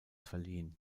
verliehen